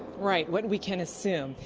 right, what we can assume.